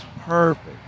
perfect